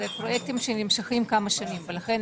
זה פרויקטים שמתמשכים על פני כמה שנים ולכן